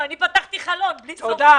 לכן,